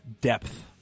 depth